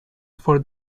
for